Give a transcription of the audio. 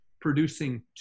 producing